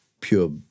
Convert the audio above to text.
pure